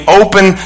open